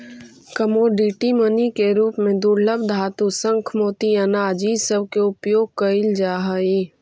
commodity money के रूप में दुर्लभ धातु शंख मोती अनाज इ सब के उपयोग कईल जा हई